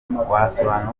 wasobanura